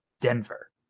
Denver